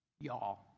Y'all